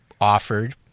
offered